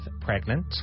pregnant